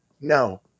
no